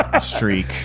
Streak